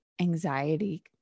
anxiety